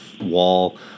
wall